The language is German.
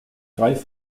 drei